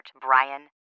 Brian